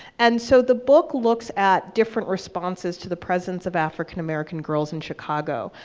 and so the book looks at different responses to the presence of african-american girls in chicago.